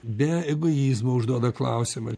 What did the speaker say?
be egoizmo užduoda klausimą